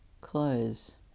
close